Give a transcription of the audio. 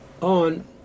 on